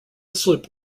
slip